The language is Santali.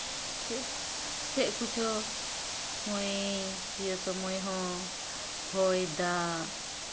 ᱪᱮᱫ ᱪᱮᱫ ᱠᱚᱪᱚ ᱱᱚᱜᱼᱚᱸᱭ ᱤᱭᱟᱹ ᱥᱚᱢᱚᱭ ᱦᱚᱸ ᱦᱚᱭ ᱫᱟᱜ